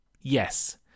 Yes